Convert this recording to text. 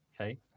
Okay